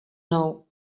know